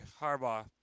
Harbaugh